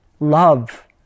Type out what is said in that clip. Love